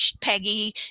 Peggy